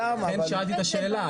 לכן שאלתי אתה שאלה.